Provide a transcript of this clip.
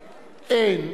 אין.